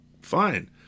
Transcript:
Fine